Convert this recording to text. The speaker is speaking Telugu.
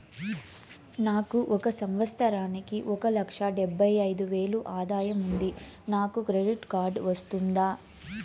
నాకు ఒక సంవత్సరానికి ఒక లక్ష డెబ్బై అయిదు వేలు ఆదాయం ఉంది నాకు క్రెడిట్ కార్డు వస్తుందా?